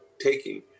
taking